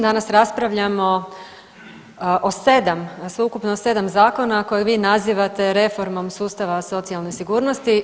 Danas raspravljamo o 7, sveukupno 7 zakona koje vi nazivate reformom sustava socijalne sigurnosti.